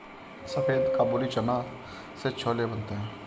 सफेद काबुली चना से छोले बनते हैं